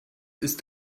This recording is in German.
ist